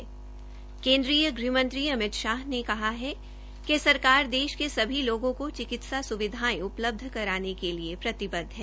केन्द्रीय गृह मंत्री अमित शाह ने कहा है कि सरकार देश के सभी लोगों को चिकित्सा सुविधायें उपलब्ध कराने के लिए प्रतिबद्ध है